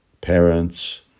parents